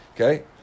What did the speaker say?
Okay